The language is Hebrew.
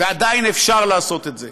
ועדיין אפשר לעשות את זה.